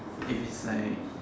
if is like